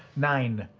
nine.